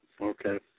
Okay